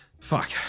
Fuck